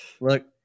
Look